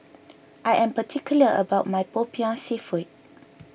I am particular about my Popiah Seafood